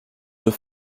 deux